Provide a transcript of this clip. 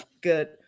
good